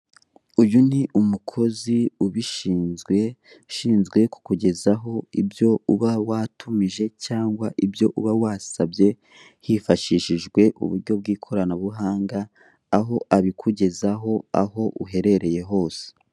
Uyu ni umukozi ubishinzwe, ushinzwe kukugezaho ibyo uba watumije hifashishijwe uburyo bw'ikoranabuhanga, aho abikugezaho, aho waba uherereye hose.